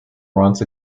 runs